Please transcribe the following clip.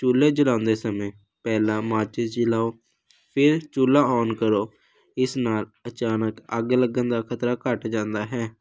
ਚੂਲ੍ਹੇ ਜਲਾਉਂਦੇ ਸਮੇਂ ਪਹਿਲਾਂ ਮਾਚਿਸ ਜਲਾਓ ਫਿਰ ਚੂਲ੍ਹਾ ਆਨ ਕਰੋ ਇਸ ਨਾਲ ਅਚਾਨਕ ਅੱਗ ਲੱਗਣ ਦਾ ਖ਼ਤਰਾ ਘੱਟ ਜਾਂਦਾ ਹੈ